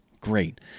Great